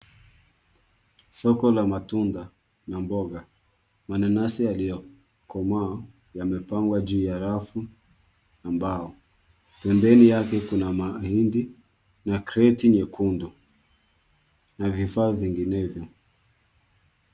Soko la matunda na mboga. Mananasi yaliyokamaa yamepangwa juu ya rafu na mbao. Pembeni yake kuna mahindi na kreti nyekundu na vifaa vinginevyo.